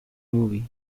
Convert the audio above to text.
movie